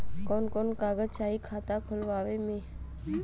कवन कवन कागज चाही खाता खोलवावे मै?